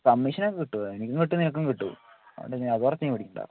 കമ്മീഷനൊക്കെ കിട്ടും എനിക്കും കിട്ടും നിനക്കും കിട്ടും അതുകൊണ്ട് അത് ഓർത്ത് നീ പേടിക്കണ്ട